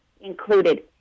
included